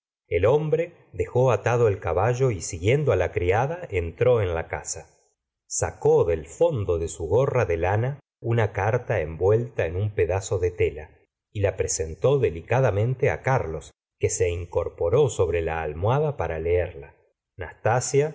el hombre dejó atado el caballo y siguiendo la criada entró en la casa sacó del fondo de su gorra de lana una carta envuelta en un pedazo de tela y la presentó delicadamente carlos que se incorporó sobre la almohada para